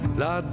la